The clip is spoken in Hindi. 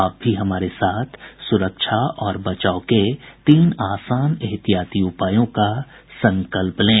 आप भी हमारे साथ सुरक्षा और बचाव के तीन आसान एहतियाती उपायों का संकल्प लें